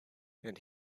and